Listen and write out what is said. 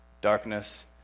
darkness